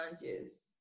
challenges